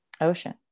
ocean